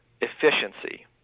efficiency